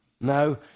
No